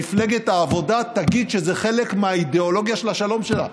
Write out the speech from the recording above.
מפלגת העבודה תגיד שזה חלק מהאידיאולוגיה של השלום שלה,